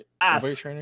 Ass